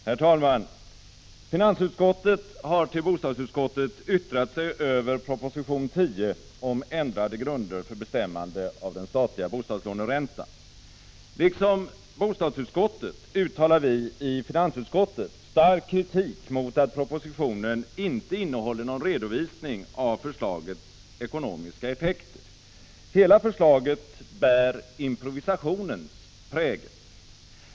Herr talman! Finansutskottet har till bostadsutskottet yttrat sig över proposition 10 om ändrade grunder för bestämmande av den statliga bostadslåneräntan. Liksom bostadsutskottet uttalar vi i finansutskottet stark kritik mot att propositionen inte innehåller någon redovisning av förslagets ekonomiska effekter. Hela förslaget bär improvisationens prägel.